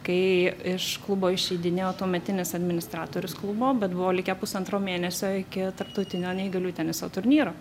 kai iš klubo išeidinėjo tuometinis administratorius klubo bet buvo likę pusantro mėnesio iki tarptautinio neįgalių teniso turnyro